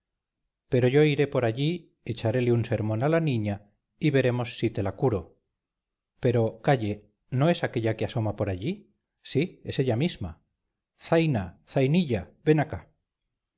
pero yo iré por allí echarele un sermón a la niña y veremos si te la curo pero calle no es aquella que asoma por allí sí es ella misma zaina zainilla ven acá